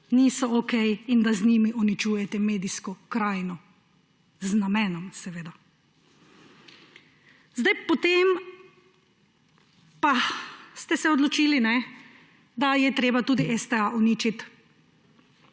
niso okej in da z njimi uničujete medijsko krajino. Z namenom seveda. Potem pa ste se odločili, da je treba uničiti